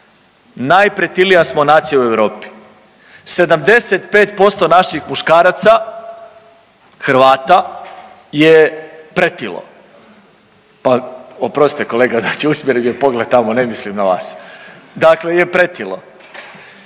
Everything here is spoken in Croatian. najpretilija smo nacija u Europi. 75% naših muškaraca Hrvata je pretilo, pa oprostite kolega znači … bio pogled tamo ne mislim na vas, dakle je pretilo.